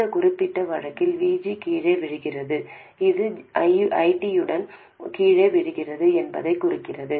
இந்த குறிப்பிட்ட வழக்கில் VG கீழே விழுகிறது இது ஐடியும் கீழே விழுகிறது என்பதைக் குறிக்கிறது